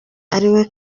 ariwe